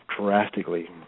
drastically